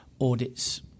audits